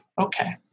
Okay